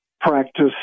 practice